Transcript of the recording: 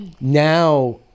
now